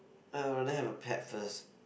I'll rather have a pet first